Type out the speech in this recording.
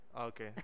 Okay